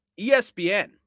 ESPN